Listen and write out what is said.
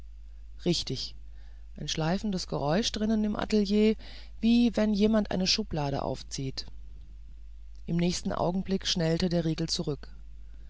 richtig ein schleifendes geräuch drinnen im atelier wie wenn jemand eine schublade aufzieht im nächsten augenblick schnellte der riegel zurück